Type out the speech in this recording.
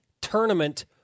tournament